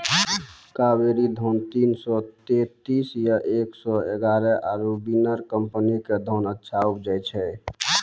कावेरी धान तीन सौ तेंतीस या एक सौ एगारह आरु बिनर कम्पनी के धान अच्छा उपजै छै?